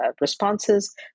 responses